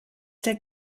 der